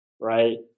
right